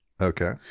Okay